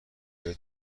های